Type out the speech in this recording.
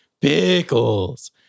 pickles